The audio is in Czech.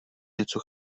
něco